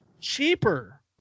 cheaper